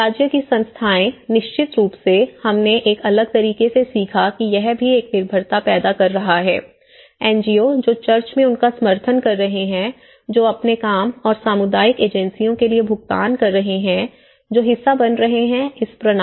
राज्य की संस्थाएं निश्चित रूप से हमने एक अलग तरीके से सीखा कि यह भी एक निर्भरता पैदा कर रहा है एनजीओ जो चर्च में उनका समर्थन कर रहे हैं जो अपने काम और सामुदायिक एजेंसियों के लिए भुगतान कर रहे हैं जो हिस्सा बन रहे हैं इस प्रणाली का